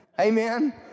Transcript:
Amen